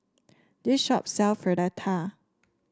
this shop sell Fritada